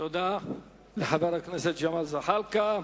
תודה לחבר הכנסת ג'מאל זחאלקה.